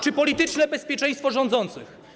czy o polityczne bezpieczeństwo rządzących?